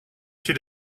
she